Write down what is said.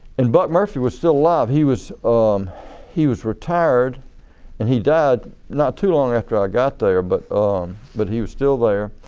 and but murphy was still alive, he was um he was retired and he died not too long after i go there but but he was still there.